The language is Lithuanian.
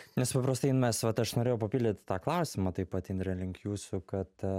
nes paprastai mes vat aš norėjau papildyt tą klausimą taip vat indre link jūsų kad